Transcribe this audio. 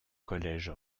college